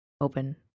open